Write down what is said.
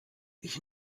ich